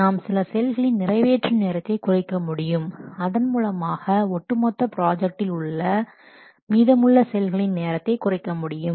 நாம் சில செயல்களின் நிறைவேற்றும் நேரத்தை குறைக்க முடியும் அதன் மூலமாக ஒட்டுமொத்த ப்ராஜெக்டில் உள்ள மீதமுள்ள செயல்களின் நேரத்தை குறைக்க முடியும்